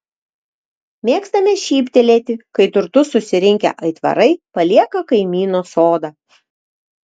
mėgstame šyptelėti kai turtus susirinkę aitvarai palieka kaimyno sodą